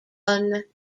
unkempt